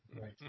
right